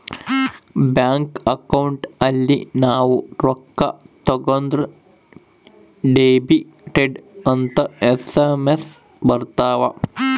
bank account ಅಲ್ಲಿ ನಾವ್ ರೊಕ್ಕ ತಕ್ಕೊಂದ್ರ ಡೆಬಿಟೆಡ್ ಅಂತ ಎಸ್.ಎಮ್.ಎಸ್ ಬರತವ